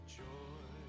joy